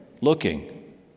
looking